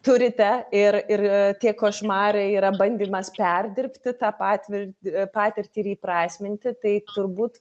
turite ir ir tie košmarai yra bandymas perdirbti tą patvir patirtį ir įprasminti tai turbūt